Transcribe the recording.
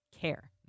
care